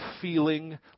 feeling